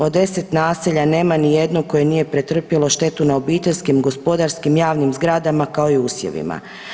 Od 10 naselja nema ni jednog koje nije pretrpjelo štetu na obiteljskim, gospodarskim javnim zgradama kao i usjevima.